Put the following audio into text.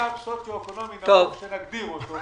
במצב סוציו-אקונומי נמוך, כפי שנגדיר אותן.